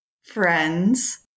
Friends